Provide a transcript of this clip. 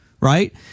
Right